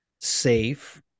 safe